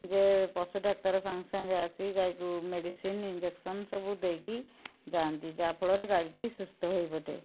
ଯେ ପଶୁ ଡାକ୍ତର ସାଙ୍ଗେ ସାଙ୍ଗେ ଆସି ଗାଈକୁ ମେଡି଼ସିନ୍ ଇଞ୍ଜେକସନ୍ ସବୁ ଦେଇକି ଯାଆନ୍ତି ଯାହା ଫଳରେ ଗାଡ଼ିଟି ସୁସ୍ଥ ହୋଇପଡ଼େ